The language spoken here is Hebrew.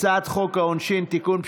הצעת חוק העונשין (תיקון,